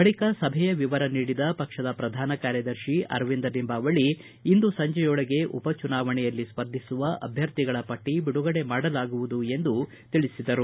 ಬಳಿಕ ಸಭೆಯ ವಿವರ ನೀಡಿದ ಪಕ್ಷದ ಪ್ರಧಾನ ಕಾರ್ಯದರ್ಶಿ ಅರವಿಂದ ಲಿಂಬಾವಳಿ ಇಂದು ಸಂಜೆಯೊಳಗೆ ಉಪಚುನಾವಣೆಯಲ್ಲಿ ಸ್ಪರ್ಧಿಸುವ ಅಭ್ಯರ್ಥಿಗಳ ಪಟ್ಟಿ ಬಿಡುಗಡೆ ಮಾಡಲಾಗುವುದು ಎಂದು ತಿಳಿಸಿದರು